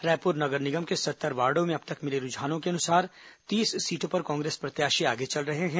रायपुर नगर निगम के सत्तर वार्डो में अब तक मिले रूझानों के अनुसार तीस सीटों पर कांग्रेस प्रत्याशी आगे चल रहे हैं